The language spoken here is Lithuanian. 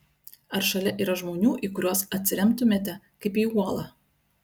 ar šalia yra žmonių į kuriuos atsiremtumėte kaip į uolą